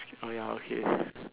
oh ya okay